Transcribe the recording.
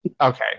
okay